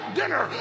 dinner